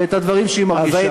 ואת הדברים שהיא מרגישה.